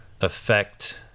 affect